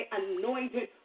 anointed